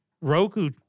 Roku